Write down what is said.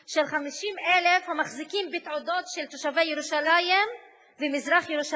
של 50,000 המחזיקים בתעודות של תושבי ירושלים ומזרח-ירושלים,